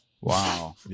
Wow